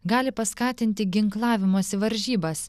gali paskatinti ginklavimosi varžybas